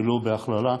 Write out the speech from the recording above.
ולא בהכללה,